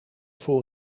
voor